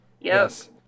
Yes